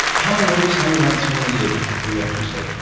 how many weeks, how many months, how many years before you actually say,